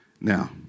Now